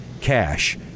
cash